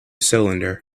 cylinder